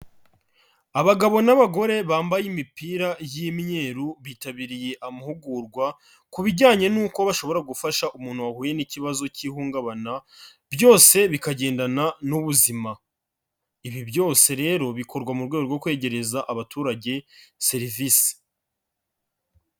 Abagabo n'abagore bambaye imipira y'imyeru, bitabiriye amahugurwa ku bijyanye n'uko bashobora gufasha umuntu wahuye n'ikibazo k'ihungabana, byose bikagendana n'ubuzima. Ibi byose rero bikorwa mu rwego rwo kwegereza abaturage serivise.